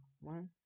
one